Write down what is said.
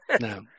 No